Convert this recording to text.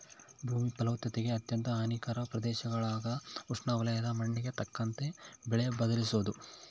ಭೂಮಿ ಫಲವತ್ತತೆಗೆ ಅತ್ಯಂತ ಹಾನಿಕಾರಕ ಪ್ರದೇಶಗುಳಾಗ ಉಷ್ಣವಲಯದ ಮಣ್ಣಿಗೆ ತಕ್ಕಂತೆ ಬೆಳೆ ಬದಲಿಸೋದು